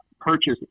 purchase